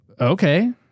okay